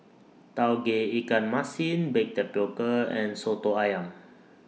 Tauge Ikan Masin Baked Tapioca and Soto Ayam